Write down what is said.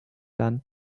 land